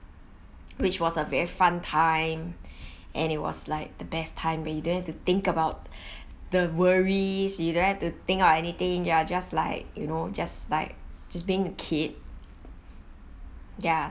which was a very fun time and it was like the best time when you don't have to think about the worries you don't have to think of anything you're just like you know just like just being a kid ya